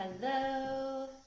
hello